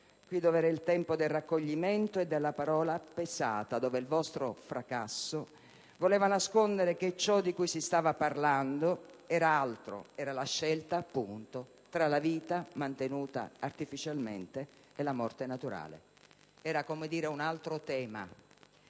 qui, dove era il tempo del raccoglimento e della parola pesata, dove il vostro fracasso voleva nascondere che ciò di cui si stava parlando era altro: era la scelta, appunto, tra la vita mantenuta artificialmente e la morte naturale. Si trattava, come dire, di un altro tema